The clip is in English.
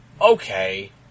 okay